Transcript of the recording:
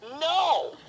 no